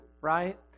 right